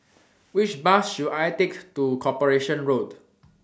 Which Bus should I Take to Corporation Road